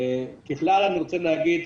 ככלל אני רוצה להגיד,